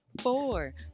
Four